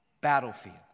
battlefield